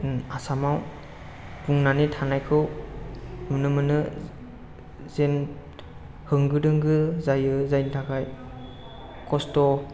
आसामाव बुंनानै थाखायखौ नुनो मोनो जेन होंगो दोंगो जायो जायनि थाखाय खस्थ'